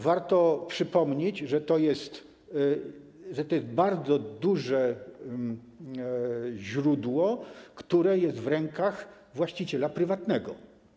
Warto przypomnieć, że to jest bardzo duże źródło, które jest w rękach właściciela prywatnego.